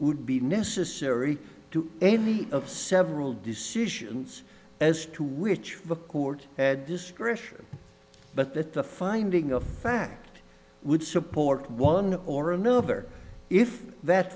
would be necessary to any of several decisions as to which the court had discretion but that the finding of fact would support one or another if that